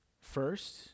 First